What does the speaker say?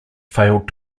failed